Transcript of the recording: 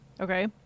Okay